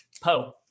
Poe